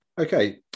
Okay